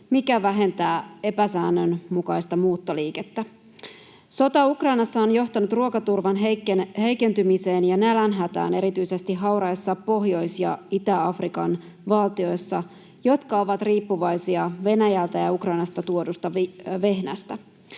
mikä vähentää epäsäännönmukaista muuttoliikettä. Sota Ukrainassa on johtanut ruokaturvan heikentymiseen ja nälänhätään erityisesti hauraissa Pohjois‑ ja Itä-Afrikan valtioissa, jotka ovat riippuvaisia Venäjältä ja Ukrainasta tuodusta vehnästä.